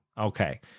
Okay